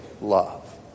love